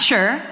Sure